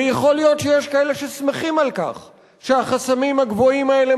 ויכול להיות שיש כאלה ששמחים על כך שהחסמים הגבוהים האלה